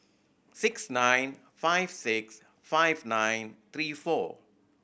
six nine five six five nine three four